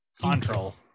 Control